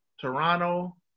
Toronto